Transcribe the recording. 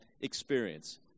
experience